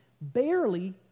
barely